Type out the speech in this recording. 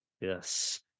Yes